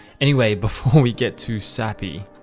anyway, before we get too sappy,